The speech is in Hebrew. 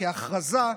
כהכרזה,